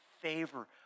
favor